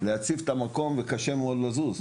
ויהיה קשה מאוד לזוז.